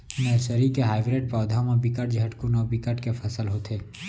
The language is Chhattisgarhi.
नरसरी के हाइब्रिड पउधा म बिकट झटकुन अउ बिकट के फसल होथे